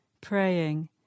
praying